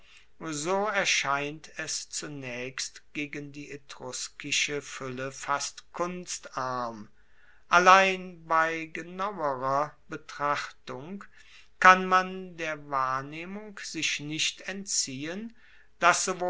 so erscheint es zunaechst gegen die etruskische fuelle fast kunstarm allein bei genauerer betrachtung kann man der wahrnehmung sich nicht entziehen dass